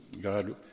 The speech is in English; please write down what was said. God